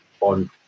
on